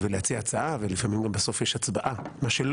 אני חייב לומר